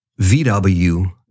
VW